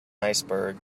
iceberg